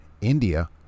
India